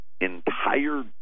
entire